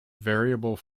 variable